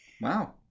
Wow